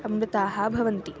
अमृताः भवन्ति